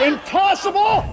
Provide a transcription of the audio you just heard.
Impossible